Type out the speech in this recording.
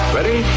Ready